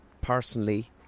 Personally